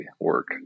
work